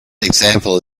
example